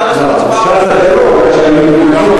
נשארת ברוב, רק שהיו מתנגדים,